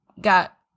got